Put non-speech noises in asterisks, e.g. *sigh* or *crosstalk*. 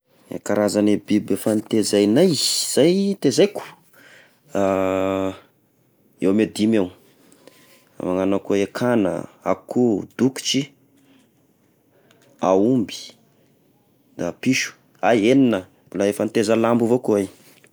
Eh karazagny biby efa nitezaignay zay tezaiko *hesitation* eo amy dimy eo, magnana koa eh kagna, akoho, dokitry, aomby da piso, ah egnina mbola efa mitaiza lambo avao ko ay.